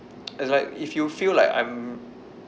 it's like if you feel like I'm